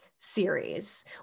series